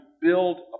build